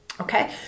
Okay